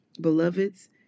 beloveds